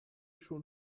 schon